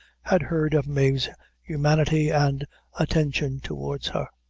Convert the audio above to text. had heard of mave's humanity and attention towards her,